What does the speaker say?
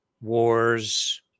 wars